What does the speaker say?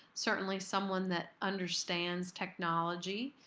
certainly someone that understands technology,